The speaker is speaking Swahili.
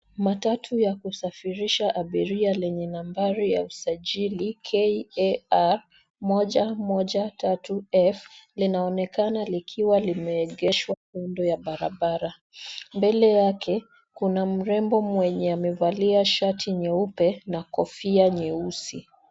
Matatu ya kusafirisha abiria lenye nambari ya usajili KAR 113F .Linaonekana likiwa limeengeshwa kando ya barabara. Mbele yake kuna mrembo mwenye amevalia shati nyeupe na kofia nyeusi.